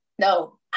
No